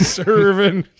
serving